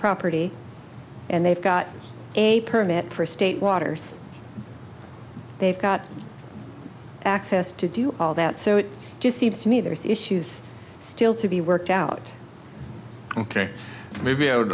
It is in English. property and they've got a permit for state waters they've got access to do all that so it just seems to me there's issues still to be worked out ok maybe i would